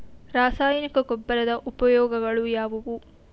ರಾಸಾಯನಿಕ ಗೊಬ್ಬರದ ಉಪಯೋಗಗಳು ಯಾವುವು?